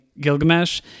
Gilgamesh